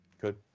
Good